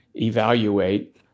evaluate